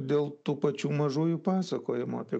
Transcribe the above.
dėl tų pačių mažųjų pasakojimų apie